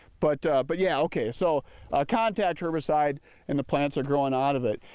but but yeah okay so contact herbicide and the plants are growing out of it.